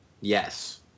Yes